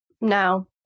No